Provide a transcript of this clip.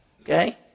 Okay